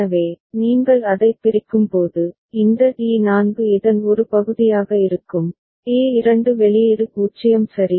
எனவே நீங்கள் அதைப் பிரிக்கும்போது இந்த T4 இதன் ஒரு பகுதியாக இருக்கும் a2 வெளியீடு 0 சரி